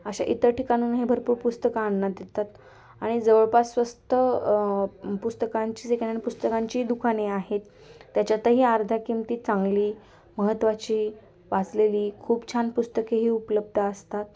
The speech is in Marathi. अशा इतर ठिकाणून हे भरपूर पुस्तकं आणण्यात येतात आणि जवळपास स्वस्त पुस्तकांची सेकेंडहैंड पुस्तकांची दुकाने आहेत त्याच्यातही अर्धा किमतीत चांगली महत्त्वाची वाचलेली खूप छान पुस्तकेही उपलब्ध असतात